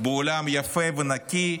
באולם יפה ונקי,